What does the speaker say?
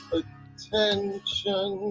attention